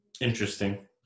interesting